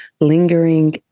lingering